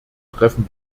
treffen